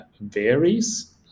varies